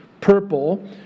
Purple